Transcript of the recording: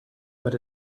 but